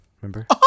Remember